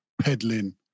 peddling